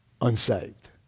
unsaved